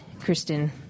Kristen